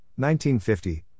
1950